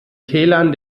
tälern